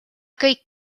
kõik